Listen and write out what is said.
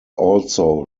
also